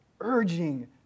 Urging